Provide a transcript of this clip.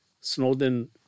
Snowden